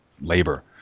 labor